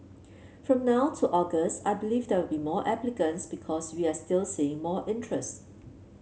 from now to August I believe there will be more applicants because we are still seeing more interest